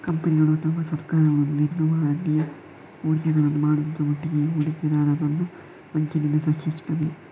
ಕಂಪನಿಗಳು ಅಥವಾ ಸರ್ಕಾರಗಳು ದೀರ್ಘಾವಧಿಯ ಹೂಡಿಕೆಗಳನ್ನ ಮಾಡುದ್ರ ಒಟ್ಟಿಗೆ ಹೂಡಿಕೆದಾರರನ್ನ ವಂಚನೆಯಿಂದ ರಕ್ಷಿಸ್ತವೆ